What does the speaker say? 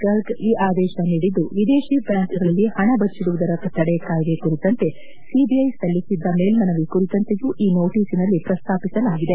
ಗರ್ಗ್ ಈ ಆದೇಶ ನೀಡಿದ್ದು ವಿದೇಶಿ ಬ್ಯಾಂಕ್ಗಳಲ್ಲಿ ಹಣ ಬಚ್ಚಡುವುದರ ತಡೆ ಕಾಯ್ದೆ ಕುರಿತಂತೆ ಸಿಬಿಐ ಸಲ್ಲಿಸಿದ್ದ ಮೇಲ್ಮನವಿ ಕುರಿತಂತೆಯೂ ಈ ನೋಟಿಸಿನಲ್ಲಿ ಪ್ರಸ್ತಾಪಸಿಲಾಗಿದೆ